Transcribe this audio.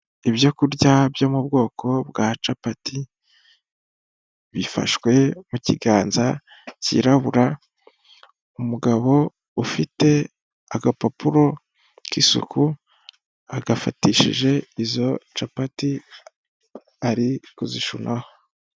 Ibyo kurya byo mu bwoko bwa capati bifashwe mu kiganza cyirabura, umugabo ufite agapapuro k'isuku agafatishije izo capati ari kuzishunaho.